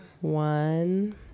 One